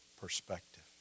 perspective